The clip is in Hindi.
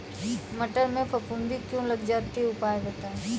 मटर में फफूंदी क्यो लग जाती है उपाय बताएं?